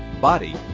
body